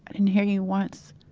i didn't hear you once